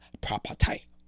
property